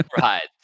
Right